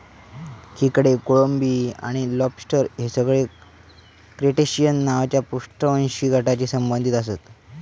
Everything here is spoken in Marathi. खेकडे, कोळंबी आणि लॉबस्टर हे सगळे क्रस्टेशिअन नावाच्या अपृष्ठवंशी गटाशी संबंधित आसत